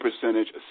percentage